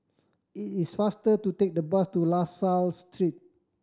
it is faster to take the bus to La Salle Street